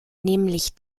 nämlich